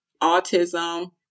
Autism